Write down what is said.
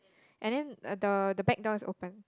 and then the the back door is open